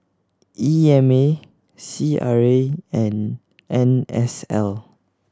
E M A C R A and N S L